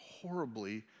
horribly